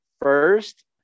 first